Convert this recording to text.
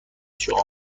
شما